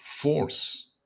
force